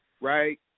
right